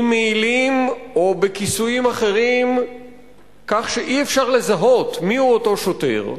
עם מעילים או בכיסויים אחרים כך שאי-אפשר לזהות מיהו אותו שוטר,